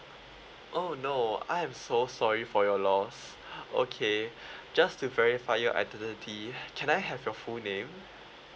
oh no I am so sorry for your loss okay just to verify your identity can I have your full name